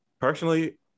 personally